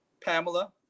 Pamela